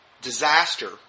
disaster